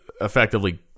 effectively